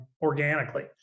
organically